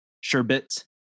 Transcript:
sherbet